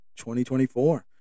2024